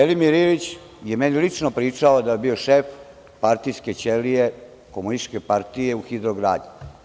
Velimir Ilić je meni lično pričao da je bio šef partijske ćelije Komunističke partije u hidrogradnji.